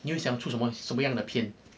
你会想出什么什么样的片